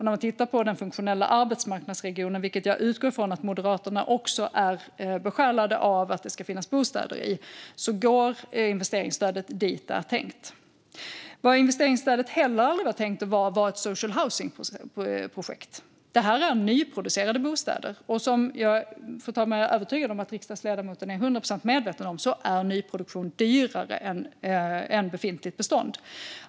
När man tittar på den funktionella arbetsmarknadsregionen, vilken jag utgår från att också Moderaterna är besjälade av att det ska finnas bostäder i, går investeringsstödet dit där det är tänkt. Vad investeringsstödet heller aldrig var tänkt att vara var ett social housing-projekt. Det här är nyproducerade bostäder. Jag är övertygad om, fru talman, att riksdagsledamoten är hundra procent medveten om att nyproduktion är dyrare än befintligt bestånd.